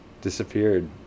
disappeared